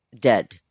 dead